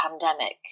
pandemic